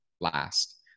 last